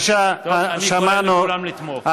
אני מבקש מכולם לתמוך.